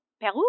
Peru